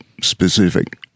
specific